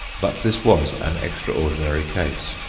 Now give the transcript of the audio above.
but this was an extraordinary case.